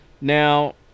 Now